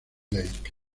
lake